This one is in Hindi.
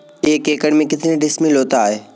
एक एकड़ में कितने डिसमिल होता है?